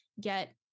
get